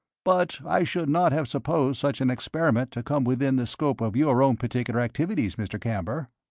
but i should not have supposed such an experiment to come within the scope of your own particular activities, mr. camber.